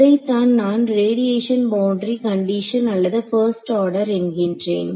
இதைத்தான் நான் radiation boundary condition அல்லது 1st ஆர்டர் என்கின்றேன்